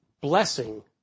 Blessing